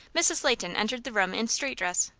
mrs. leighton entered the room in street dress.